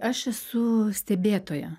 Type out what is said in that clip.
aš esu stebėtoja